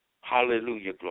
Hallelujah